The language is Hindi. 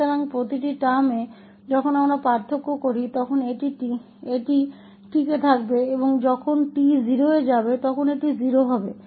इसलिए प्रत्येक पद में जब हम अंतर करते हैं तो यह जीवित रहेगा और जब t 0 पर जाता है तो यह 0 होगा